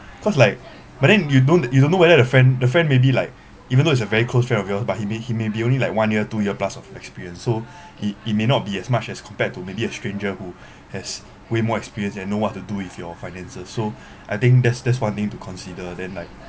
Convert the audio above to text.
cause like but then you don't you don't know whether the friend the friend maybe like even though it's a very close friend of yours but he may he may be only like one year two year plus of experience so he he may not be as much as compared to maybe a stranger who has way more experience and know what to do with your finances so I think that's that's one thing to consider then like